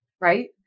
right